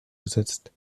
gesetzt